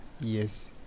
Yes